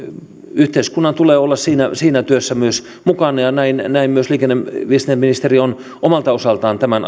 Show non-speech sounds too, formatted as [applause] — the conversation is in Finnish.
yhteiskunnan tulee olla siinä siinä työssä mukana ja näin myös liikenne ja viestintäministeri ja hallitus on omalta osaltaan tämän [unintelligible]